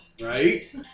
Right